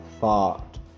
thought